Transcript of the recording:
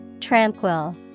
Tranquil